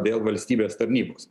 dėl valstybės tarnybos